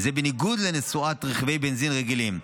וזאת בניגוד לנסועת רכבי בנזין רגילים,